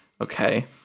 okay